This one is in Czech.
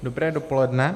Dobré dopoledne.